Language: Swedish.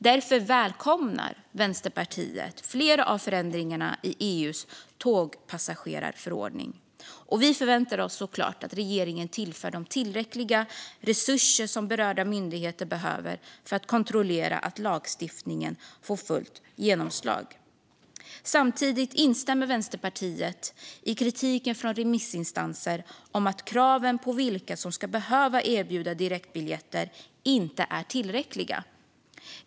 Därför välkomnar Vänsterpartiet flera av förändringarna i EU:s tågpassagerarförordning, och vi förväntar oss såklart att regeringen tillför berörda myndigheter tillräckliga resurser för att kontrollera att lagstiftningen får fullt genomslag. Samtidigt instämmer Vänsterpartiet i kritiken från remissinstanser om att kraven på vilka som ska behöva erbjuda direktbiljetter inte är tillräckliga.